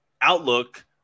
outlook